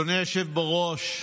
אדוני היושב-ראש,